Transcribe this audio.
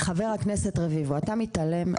חבר הכנסת רביבו אתה מתעלם,